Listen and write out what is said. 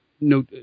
no